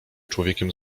człowiekiem